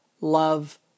love